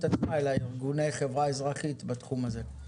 עצמה אלא עם ארגוני חברה אזרחית בתחום הזה,